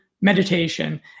meditation